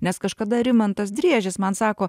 nes kažkada rimantas driežis man sako